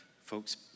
folks